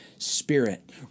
Spirit